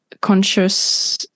conscious